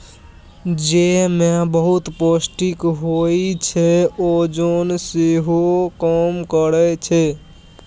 जौ मे बहुत पौष्टिक होइ छै, ओजन सेहो कम करय छै